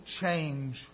change